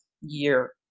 year